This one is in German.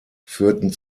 führten